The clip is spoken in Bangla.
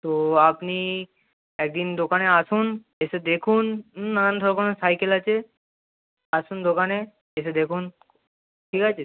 তো আপনি এক দিন দোকানে আসুন এসে দেখুন নানান ধকমের সাইকেল আছে আসুন দোকানে এসে দেখুন ঠিক আছে